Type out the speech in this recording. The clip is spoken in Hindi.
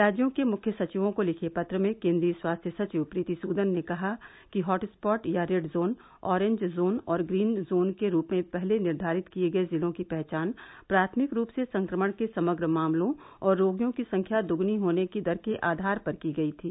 राज्यों के मुख्य सविवों को लिखे पत्र में केंद्रीय स्वास्थ्य सचिव प्रीति सदन ने कहा कि हॉटस्पॉट या रेड जोन ओरेंज जोन और ग्रीन जोन के रूप में पहले निर्घारित किए गए जिलों की पहचान प्राथमिक रूप से संक्रमण के समग्र मामलों और रोगियों की संख्या द्गुनी होने की दर के आधार पर की गई थी